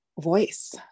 voice